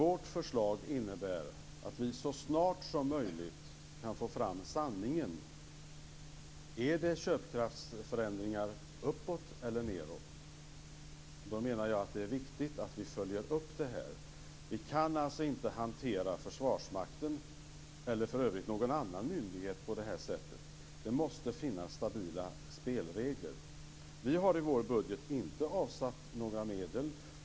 Vårt förslag innebär att vi så snart som möjligt kan få fram sanningen: Är det köpkraftsförändringar uppåt eller nedåt? Jag menar att det är viktigt att vi följer upp detta. Vi kan alltså inte hantera Försvarsmakten eller för övrigt någon annan myndighet på det här sättet. Det måste finnas stabila spelregler. Vi har i vår budget inte avsatt några medel.